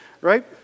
right